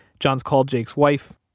john's called jake's wife,